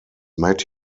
made